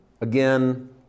again